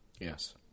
Yes